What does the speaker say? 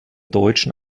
deutschen